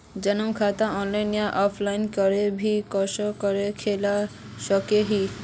जमा खाता ऑनलाइन या ऑफलाइन कोई भी किसम करे खोलवा सकोहो ही?